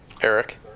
eric